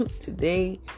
today